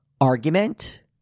argument